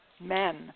Men